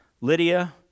Lydia